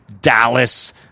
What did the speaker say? Dallas